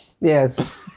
Yes